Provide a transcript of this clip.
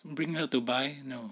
bringing her to buy lor